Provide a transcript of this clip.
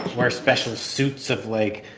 wear special suits of, like,